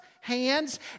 hands